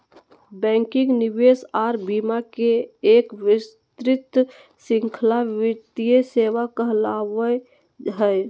banking, निवेश आर बीमा के एक विस्तृत श्रृंखला वित्तीय सेवा कहलावय हय